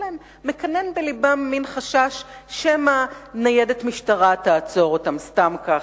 מקנן בלבם מין חשש שמא ניידת משטרה תעצור אותם סתם כך,